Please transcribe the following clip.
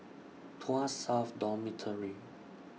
Tuas South Dormitory